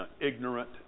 ignorant